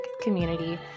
community